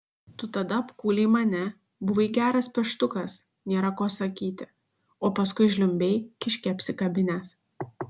tu tada apkūlei mane buvai geras peštukas nėra ko sakyti o paskui žliumbei kiškį apsikabinęs